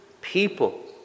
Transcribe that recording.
people